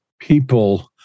people